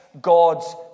God's